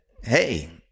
hey